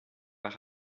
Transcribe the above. par